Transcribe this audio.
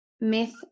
Myth